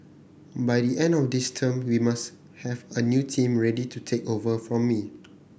by the end of this term we must have a new team ready to take over from me